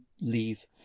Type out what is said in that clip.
leave